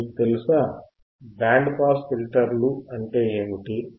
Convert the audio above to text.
ఇప్పుడు మీకు తెలుసా బ్యాండ్ పాస్ ఫిల్టర్లు అంటే ఏమిటి